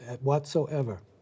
whatsoever